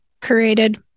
created